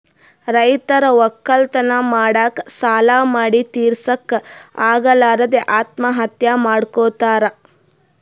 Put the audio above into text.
ರೈತರ್ ವಕ್ಕಲತನ್ ಮಾಡಕ್ಕ್ ಸಾಲಾ ಮಾಡಿ ತಿರಸಕ್ಕ್ ಆಗಲಾರದೆ ಆತ್ಮಹತ್ಯಾ ಮಾಡ್ಕೊತಾರ್